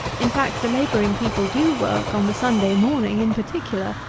in fact, the labouring people do work on the sunday morning in particular,